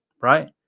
right